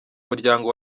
muryango